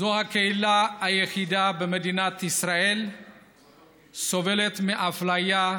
זו הקהילה היחידה במדינת ישראל שסובלת מאפליה.